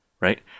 right